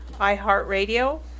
iHeartRadio